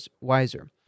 wiser